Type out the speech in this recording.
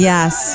Yes